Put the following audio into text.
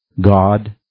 God